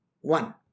one